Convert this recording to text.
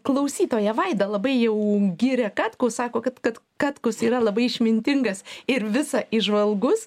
klausytoja vaida labai jau giria katkų sako kad kad katkus yra labai išmintingas ir visa įžvalgus